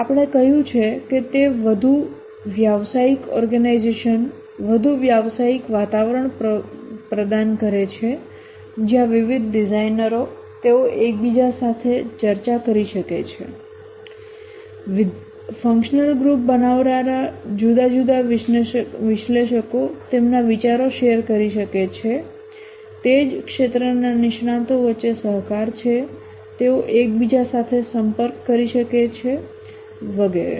આપણે કહ્યું છે કે તે વધુ વ્યવસાયિક ઓર્ગેનાઈઝેશન વધુ વ્યવસાયિક વાતાવરણ પ્રદાન કરે છે જ્યાં વિવિધ ડિઝાઇનરો તેઓ એકબીજા સાથે ચર્ચા કરી શકે છે વિધેયાત્મક ગ્રુપ બનાવનારા જુદા જુદા વિશ્લેષકો તેમના વિચારો શેર કરી શકે છે તે જ ક્ષેત્રના નિષ્ણાતો વચ્ચે સહકાર છે તેઓ એકબીજા સાથે સંપર્ક કરી શકે છે વગેરે